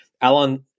Alan